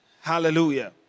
Hallelujah